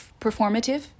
performative